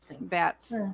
bats